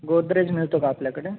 गोदरेज मिळतो का आपल्याकडं